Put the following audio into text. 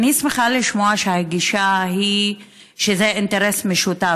אני שמחה לשמוע שהגישה היא שזה אינטרס משותף,